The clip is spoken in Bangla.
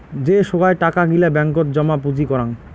যে সোগায় টাকা গিলা ব্যাঙ্কত জমা পুঁজি করাং